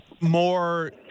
more